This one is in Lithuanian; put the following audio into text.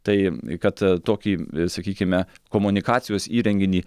tai kad tokį sakykime komunikacijos įrenginį